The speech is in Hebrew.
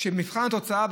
שבמבחן התוצאה,